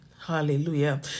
Hallelujah